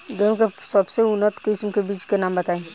गेहूं के सबसे उन्नत किस्म के बिज के नाम बताई?